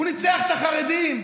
הוא ניצח את החרדים.